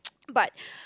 but